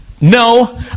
No